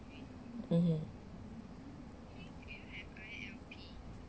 mmhmm